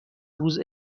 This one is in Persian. روز